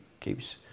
keeps